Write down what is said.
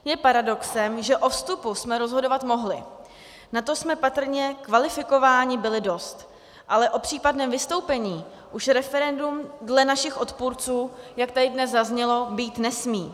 Je paradoxem, že o vstupu jsme rozhodovat mohli, na to jsme patrně kvalifikováni byli dost, ale o případném vystoupení už referendum dle našich odpůrců, jak tady dnes zaznělo, být nesmí.